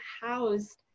housed